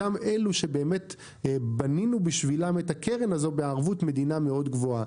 אותם אלו שבאמת בנינו בשבילם את הקרן הזו בערבות מדינה מאוד גבוהה.